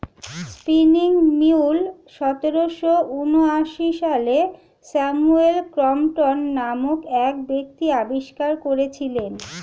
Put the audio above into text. spinning mule সতেরোশো ঊনআশি সালে স্যামুয়েল ক্রম্পটন নামক এক ব্যক্তি আবিষ্কার করেছিলেন